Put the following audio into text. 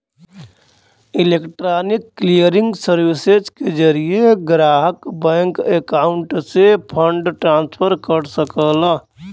electronic clearing services के जरिये ग्राहक बैंक अकाउंट से फंड ट्रांसफर कर सकला